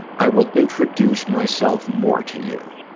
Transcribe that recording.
i will introduce myself more to you.